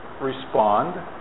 respond